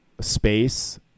space